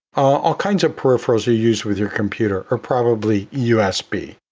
all kinds of peripherals you use with your computer are probably usb.